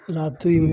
रात्री में